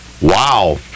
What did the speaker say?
Wow